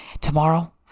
Tomorrow